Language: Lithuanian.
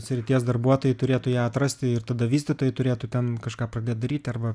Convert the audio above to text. srities darbuotojai turėtų ją atrasti ir tada vystytojai turėtų ten kažką pradėt daryt arba